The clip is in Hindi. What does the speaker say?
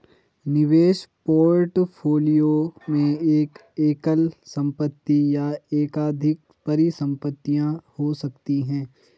निवेश पोर्टफोलियो में एक एकल संपत्ति या एकाधिक परिसंपत्तियां हो सकती हैं